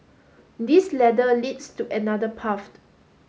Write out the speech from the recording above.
this ladder leads to another path